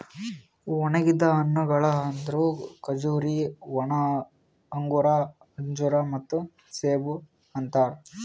ಒಣುಗಿದ್ ಹಣ್ಣಗೊಳ್ ಅಂದುರ್ ಖಜೂರಿ, ಒಣ ಅಂಗೂರ, ಅಂಜೂರ ಮತ್ತ ಸೇಬು ಅಂತಾರ್